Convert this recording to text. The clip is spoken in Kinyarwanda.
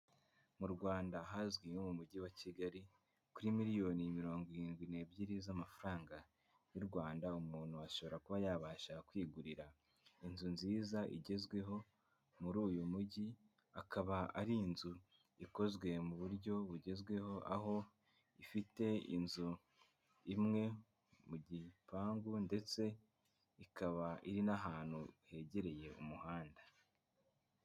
Mu Rwanda ahazwi nko mu mujyi wa kigali kuri miliyoni mirongo irindwi n'ebyiri z'amafaranga y'u rwanda umuntu ashobora kuba yabasha kwigurira inzu nziza igezweho muri uyu mujyi, akaba ari inzu ikozwe mu buryo bugezweho aho ifite inzu imwe mu gipangu ndetse ikaba iri n'ahantu hegereye umuhanda.